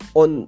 on